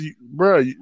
bro